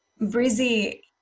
Breezy